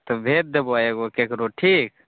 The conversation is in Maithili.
तऽ भेजि देबऽ एगो ककरो ठीक